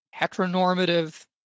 heteronormative